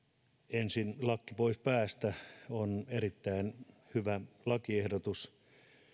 ensin lakki pois päästä on erittäin hyvä lakiehdotus